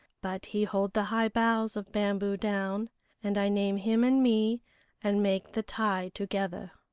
but he hold the high boughs of bamboo down and i name him and me and make the tie together.